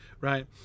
right